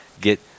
get